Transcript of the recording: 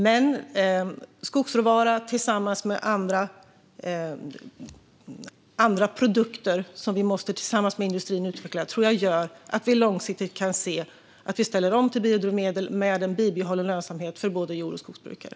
Men skogsråvara tillsammans med andra produkter, som vi måste utveckla tillsammans med industrin, tror jag gör att vi långsiktigt kan se att vi ställer om till biodrivmedel med en bibehållen lönsamhet för både jord och skogsbrukare.